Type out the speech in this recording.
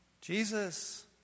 Jesus